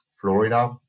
Florida